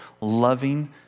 loving